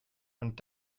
und